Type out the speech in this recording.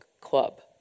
club